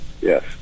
Yes